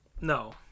No